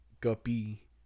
Guppy